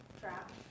trap